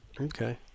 Okay